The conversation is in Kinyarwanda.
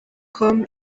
com